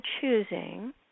choosing